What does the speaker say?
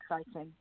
exciting